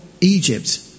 Egypt